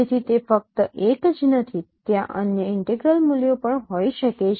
તેથી તે ફક્ત 1 જ નથી ત્યાં અન્ય ઇન્ટેગ્રલ મૂલ્યો પણ હોઈ શકે છે